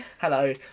Hello